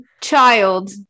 child